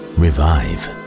revive